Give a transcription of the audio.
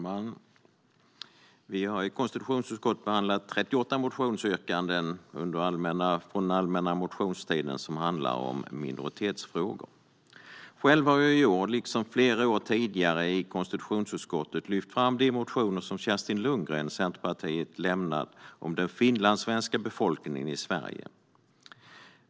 Herr talman! Vi har i konstitutionsutskottet behandlat 38 motionsyrkanden från den allmänna motionstiden om minoritetsfrågor. Själv har jag i år, liksom flera år tidigare, i konstitutionsutskottet lyft fram de motioner som Kerstin Lundgren från Centerpartiet lämnat om den finlandssvenska befolkningen i Sverige.